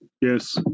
Yes